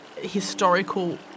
historical